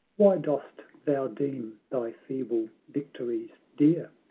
why dost thou deem thy feeble victories dear?